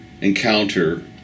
encounter